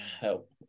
help